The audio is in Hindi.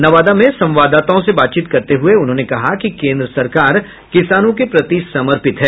नवादा में संवाददाताओं से बातचीत करते हुये उन्होंने कहा कि केन्द्र सरकार किसानों के प्रति समर्पित हैं